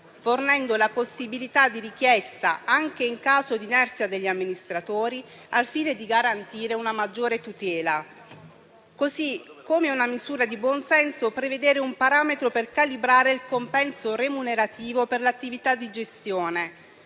fornendo la possibilità di richiesta, anche in caso di inerzia degli amministratori, al fine di garantire una maggiore tutela. Allo stesso modo, è una misura di buon senso prevedere un parametro per calibrare il compenso remunerativo per l'attività di gestione,